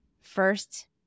first